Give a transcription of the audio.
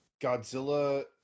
Godzilla